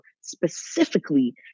specifically